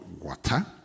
water